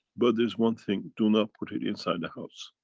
but there's one thing, do not put it inside the house.